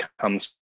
comes